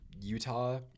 utah